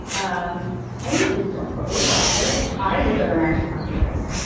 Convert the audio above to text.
um i usually don't go to a doctor. i go to an acupuncturist.